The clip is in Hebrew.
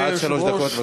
עד שלוש דקות.